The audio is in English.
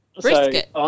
Brisket